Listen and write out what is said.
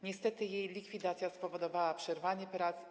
Niestety jej likwidacja spowodowała przerwanie prac.